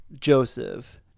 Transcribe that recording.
Joseph